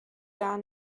gar